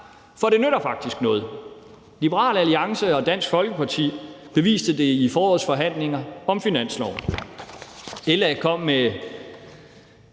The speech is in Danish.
For det nytter faktisk noget. Liberal Alliance og Dansk Folkeparti beviste det i forårets forhandlinger om finansloven. LA kom med